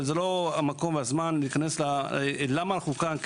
אבל זה לא המקום והזמן להיכנס לשאלה למה אנחנו כאן כי